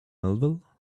melville